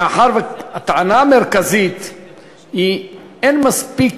מאחר שהטענה המרכזית היא שאין מספיק